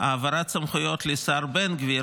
העברת סמכויות לשר בן גביר,